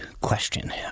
question